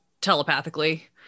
telepathically